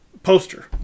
poster